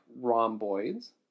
rhomboids